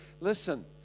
listen